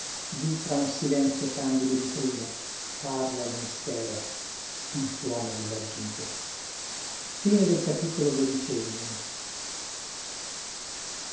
di tra un silenzio candido di trine parla il mistero in suono di vagito da